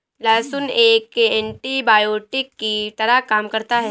लहसुन एक एन्टीबायोटिक की तरह काम करता है